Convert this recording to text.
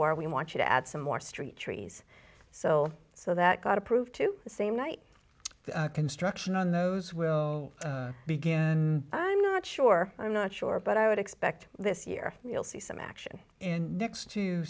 where we want to add some more street trees so so that got approved to the same night construction on those will begin i'm not sure i'm not sure but i would expect this year we'll see some action in next to